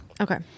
Okay